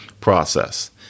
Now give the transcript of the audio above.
process